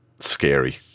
scary